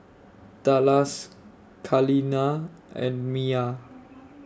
Dallas Kaleena and Mia